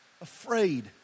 afraid